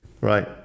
Right